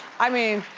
i mean,